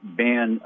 ban